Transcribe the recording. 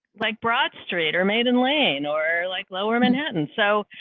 like, broadstreet or made and lane or, like, lower manhattan. so,